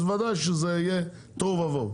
אז ודאי שזה יהיה תוהו ובוהו,